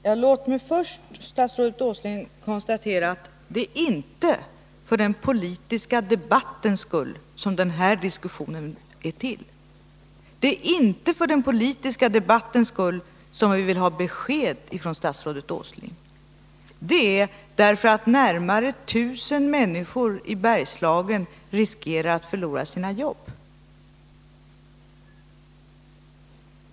Herr talman! Låt mig först, statsrådet Åsling, konstatera att det inte är för den politiska debattens skull som den här diskussionen är till. Det är inte för den politiska debattens skull som vi vill ha besked av statsrådet Åsling, utan det är därför att närmare 1 000 människor i Bergslagen riskerar att förlora sina jobb.